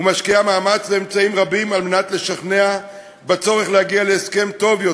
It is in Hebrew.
ומשקיעה מאמץ ואמצעים רבים על מנת לשכנע בצורך להגיע להסכם טוב יותר.